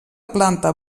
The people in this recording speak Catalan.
planta